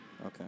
Okay